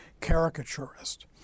caricaturist